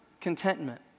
contentment